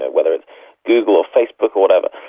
ah whether it's google or facebook or whatever,